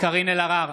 קארין אלהרר,